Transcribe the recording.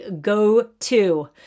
go-to